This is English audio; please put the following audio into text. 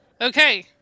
Okay